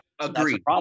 Agreed